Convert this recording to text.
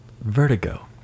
vertigo